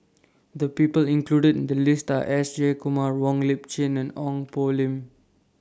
The People included in The list Are S Jayakumar Wong Lip Chin and Ong Poh Lim